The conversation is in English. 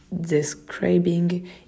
describing